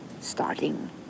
starting